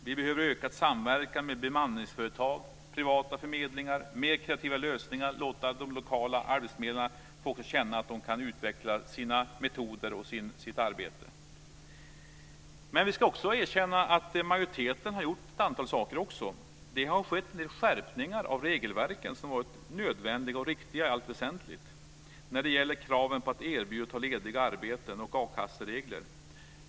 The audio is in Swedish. Vi behöver ökad samverkan med bemanningsföretag och privata förmedlingar. Vi behöver mer kreativa lösningar. Vi behöver också låta de lokala arbetsförmedlarna känna att de kan utveckla sina metoder och sitt arbete. Vi ska också erkänna att majoriteten har gjort ett antal saker. Det har gjorts en del skärpningar av regelverken som i allt väsentligt varit nödvändiga och riktiga. Det gäller kraven på att ta erbjudna och lediga arbeten och a-kassereglerna.